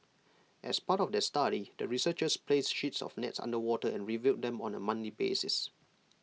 as part of their study the researchers placed sheets of nets underwater and reviewed them on A monthly basis